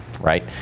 right